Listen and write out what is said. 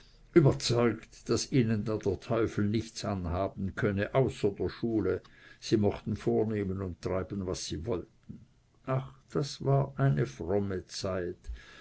überzeugt daß ihnen dann der teufel nichts anhaben könne außer der schule sie mochten vornehmen und treiben was sie wollten ach das war eine fromme zeit